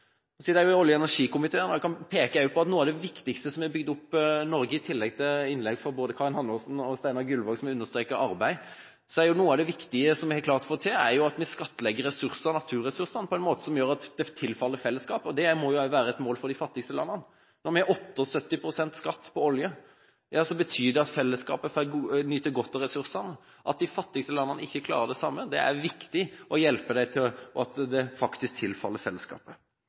og jeg kan peke på at noe av det viktigste vi har klart å få til, som har bygd opp Norge – i tillegg til arbeid, som både Karin Andersen og Steinar Gullvåg understreker i sine innlegg – er at vi skattlegger naturressursene på en måte som gjør at det tilfaller fellesskapet. Det må også være et mål for de fattigste landene. Når vi har 78 pst. skatt på olje, betyr det at fellesskapet får nyte godt av ressursene. De fattigste landene klarer ikke det samme. Det er viktig å hjelpe dem, slik at det faktisk tilfaller fellesskapet.